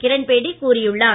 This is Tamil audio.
கிரண் பேடி கூறியுள்ளார்